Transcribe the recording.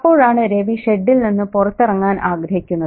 അപ്പോഴാണ് രവി ഷെഡിൽ നിന്ന് പുറത്തിറങ്ങാൻ ആഗ്രഹിക്കുന്നത്